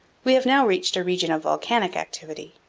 we have now reached a region of volcanic activity.